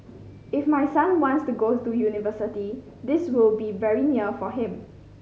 if my son wants to go to university this will be very near for him